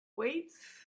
weights